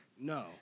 No